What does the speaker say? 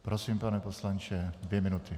Prosím, pane poslanče, dvě minuty.